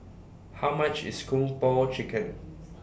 How much IS Kung Po Chicken